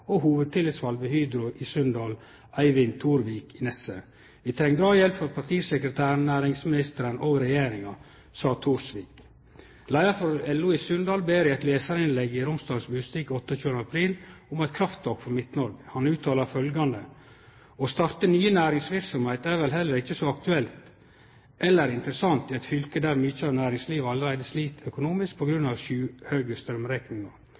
og hovudtillitsvald ved Hydro i Sunndal, Eivind Torvik. Han sa: «Vi trenger drahjelp frå partisekretæren, næringsministeren og regjeringen.» Leiar for LO i Sunndal ber i eit lesarinnlegg i Romsdals Budstikke 28. april om «Krafttak for Midt-Norge». Han uttalar følgjande: «Å starte ny næringsvirksomhet er vel heller ikke så aktuelt eller interessant i et fylke der mye av næringslivet allerede sliter økonomisk